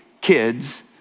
kids